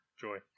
Joy